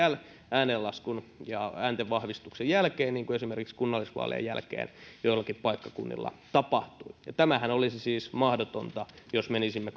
ääntenlaskun ja ääntenvahvistusten jälkeen niin kuin esimerkiksi kunnallisvaalien jälkeen joillakin paikkakunnilla tapahtui tämähän olisi siis mahdotonta jos menisimme